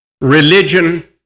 religion